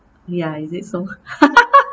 ya is it so